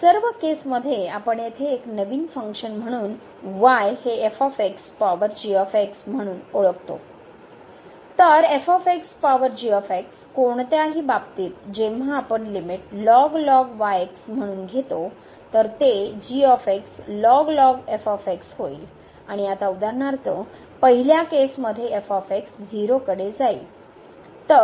या सर्व केसमध्ये आपण येथे एक नवीन फंक्शन म्हणून वाय हे पॉवर म्हणून ओळखतो तर पॉवर कोणत्याही बाबतीत जेव्हा आपण लिमिट म्हणून घेतो तर ते होईल आणि आता उदाहरणार्थ पहिल्या केसमध्ये 0 कडे जाईल